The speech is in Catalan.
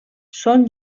són